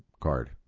card